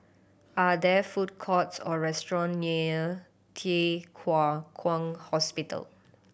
are there food courts or restaurant near Thye Hua Kwan Hospital